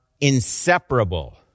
inseparable